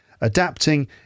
Adapting